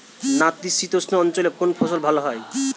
নাতিশীতোষ্ণ অঞ্চলে কোন ফসল ভালো হয়?